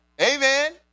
Amen